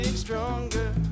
Stronger